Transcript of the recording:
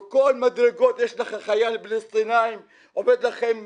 בכל המדרגות יש לך חייל פלסטיני עומד לך עם כלי.